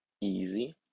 Easy